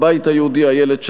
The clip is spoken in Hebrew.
הבית היהודי: איילת שקד.